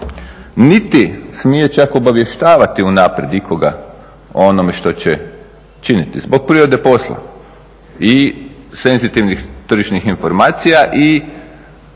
niti smije čak obavještavati unaprijed ikoga o onome što će činiti zbog prirode posla i senzitivnih tržišnih informacija i